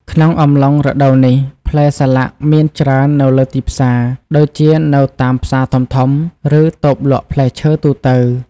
ក្នុងអំឡុងរដូវនេះ ផ្លែសាឡាក់មានច្រើននៅលើទីផ្សារ ដូចជានៅតាមផ្សារធំៗ ឬតូបលក់ផ្លែឈើទូទៅ